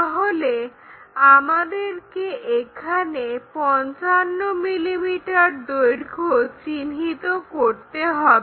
তাহলে আমাদেরকে এখানে 55 mm দৈর্ঘ্য চিহ্নিত করতে হবে